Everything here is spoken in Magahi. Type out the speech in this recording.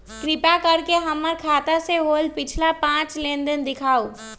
कृपा कर के हमर खाता से होयल पिछला पांच लेनदेन दिखाउ